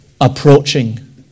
approaching